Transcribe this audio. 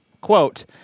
quote